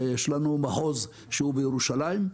ויש לנו מחוז שהוא בירושלים.